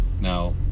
Now